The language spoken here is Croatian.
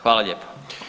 Hvala lijepo.